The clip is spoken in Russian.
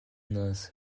нас